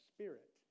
Spirit